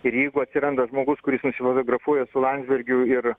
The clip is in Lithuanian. ir jeigu atsiranda žmogus kuris nusifotografuoja su landsbergiu ir